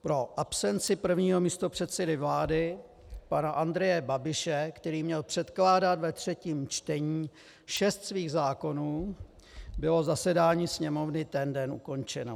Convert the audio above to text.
Pro absenci prvního místopředsedy vlády pana Andreje Babiše, který měl předkládat ve třetím čtení šest svých zákonů, bylo zasedání Sněmovny ten den ukončeno.